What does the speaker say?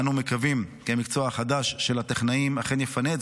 אנו מקווים שהמקצוע החדש של הטכנאים אכן יפנה את